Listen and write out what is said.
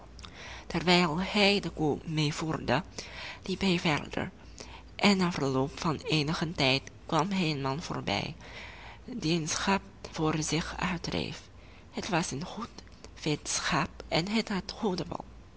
terwijl hij de koe meevoerde liep hij verder en na verloop van eenigen tijd kwam hij een man voorbij die een schaap voor zich uitdreef het was een goed vet schaap en het